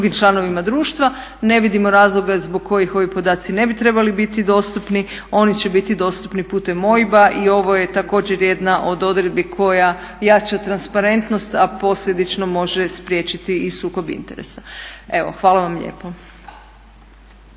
Hvala vam lijepo.